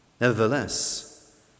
Nevertheless